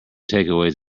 takeaways